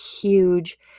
huge